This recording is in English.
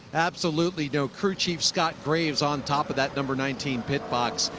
absolutely. you know crew chief scott graves on top of that number nineteen pit box.